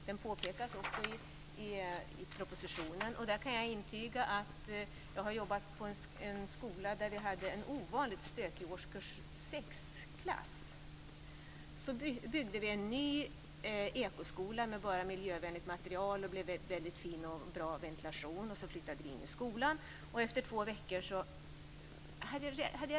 Detta tas också upp i propositionen, och jag kan intyga att det kan vara ett problem. Jag har jobbat på en skola där vi hade en ovanligt stökig årskurs 6-klass. Så byggde vi en ny ekoskola med bara miljövänligt material, och det blev en väldigt fin och bra ventilation. Så flyttade vi in i skolan.